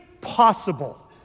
possible